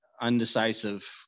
undecisive